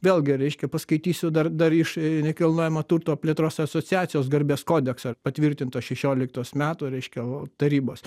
vėlgi reiškia paskaitysiu dar dar iš nekilnojamo turto plėtros asociacijos garbės kodekso patvirtinto šešioliktos metų reiškia o tarybos